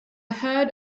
heard